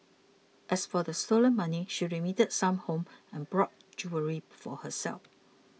as for the stolen money she remitted some home and brought jewellery for herself